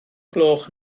gloch